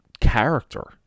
character